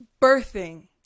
birthing